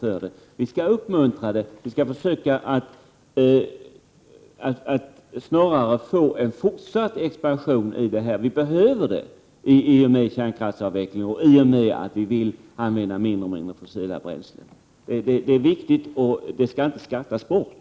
I stället skall vi uppmuntra människor, så att det blir en fortsatt expansion. En sådan behövs i och med kärnkraftsavvecklingen och i och med att vi alltmer vill minska användningen av fossila bränslen. Dessa saker är alltså viktiga och skall inte skattas bort.